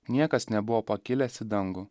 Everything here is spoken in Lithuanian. niekas nebuvo pakilęs į dangų